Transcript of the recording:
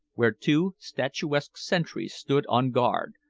where two statuesque sentries stood on guard,